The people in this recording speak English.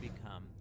become